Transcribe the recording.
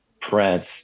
Prince